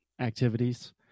activities